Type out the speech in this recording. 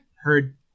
Heard